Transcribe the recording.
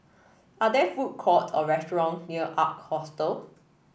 are there food courts or restaurant near Ark Hostel